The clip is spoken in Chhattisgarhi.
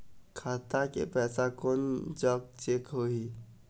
खाता के पैसा कोन जग चेक होही?